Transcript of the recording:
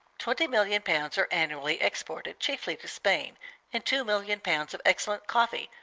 twenty million pounds are annually exported, chiefly to spain and two million pounds of excellent coffee,